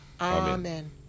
Amen